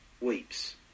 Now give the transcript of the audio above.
weeps